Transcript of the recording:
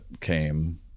came